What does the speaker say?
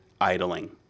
idling